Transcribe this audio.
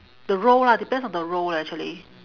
the role lah depends on the role actually